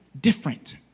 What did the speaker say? different